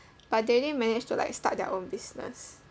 but they already manage to like start their own business